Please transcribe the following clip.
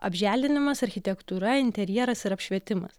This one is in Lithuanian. apželdinimas architektūra interjeras ir apšvietimas